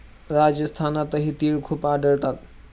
राजस्थानातही तिळ खूप आढळतात